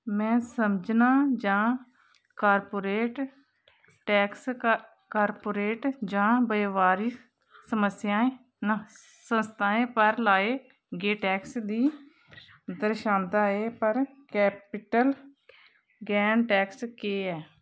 में समझना जां कॉर्पोरेट टैक्स कॉर्पोरेट जां व्यावारी समस्याएं ना संस्थाएं पर लाए गे टैक्स गी दर्शांदा ऐ पर कैपिटल गेन टैक्स केह् ऐ